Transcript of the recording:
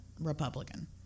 Republican